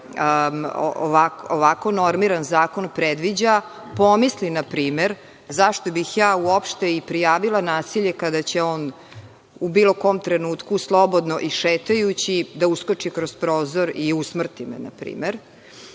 ovako normiran zakon predviđa, pomisli na primer - zašto bih ja uopšte i prijavila nasilje kada će on u bilo kom trenutku, slobodno i šetajući da uskoči kroz prozor i usmrti me, na primer.